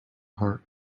heart